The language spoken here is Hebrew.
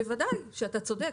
בוודאי אתה צודק.